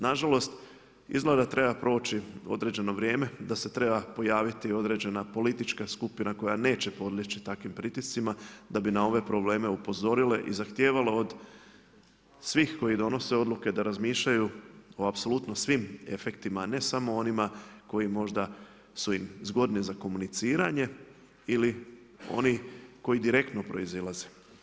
Nažalost, izgleda da treba proći određeno vrijeme, da se treba pojaviti određena politička skupina koja neće podlijeći takvih pritiscima da bi na ove probleme upozorile i zahtijevale od svih koji donose odluke da razmišljaju o apsolutno svim efektima a ne samo onima koji možda su i zgodni za komuniciranje ili oni koji direktno proizilaze.